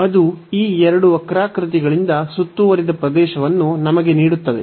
ಅದು ಈ ಎರಡು ವಕ್ರಾಕೃತಿಗಳಿಂದ ಸುತ್ತುವರಿದ ಪ್ರದೇಶವನ್ನು ನಮಗೆ ನೀಡುತ್ತದೆ